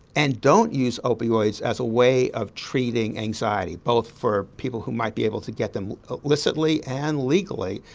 and don't use opioids as a way of treating anxiety, both for people who might be able to get them illicitly and legally,